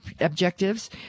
objectives